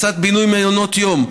הצעת בינוי מעונות יום,